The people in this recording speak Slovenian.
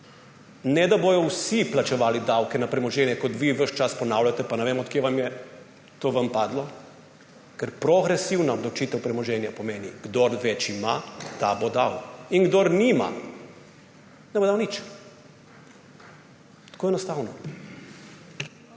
Ne, da bodo vsi plačevali davke na premoženje, kot vi ves čas ponavljate, pa ne vem, od kod vam je to ven padlo, ker progresivna obdavčitev premoženja pomeni, kdor več ima, ta bo dal, in kdor nima, ne bo dal nič. Tako enostavno.